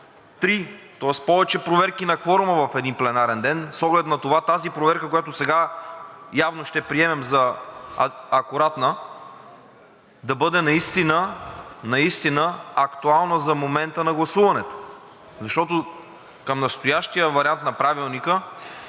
три, тоест повече проверки на кворума в един пленарен ден с оглед на това тази проверка, която сега явно ще приемем за акуратна, да бъде наистина, наистина актуална за момента на гласуването? Защото към настоящия вариант на Правилника,